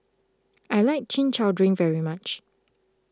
I like Chin Chow Drink very much